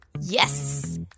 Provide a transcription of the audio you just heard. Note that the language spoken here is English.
Yes